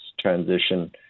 transition